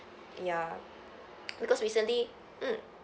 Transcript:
ya because recently mm